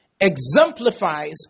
Exemplifies